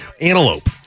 antelope